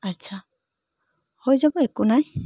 আচ্ছা হৈ যাব একো নাই